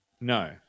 No